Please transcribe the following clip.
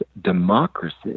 democracy